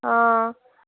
ହଁ